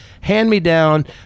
hand-me-down